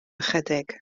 ychydig